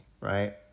right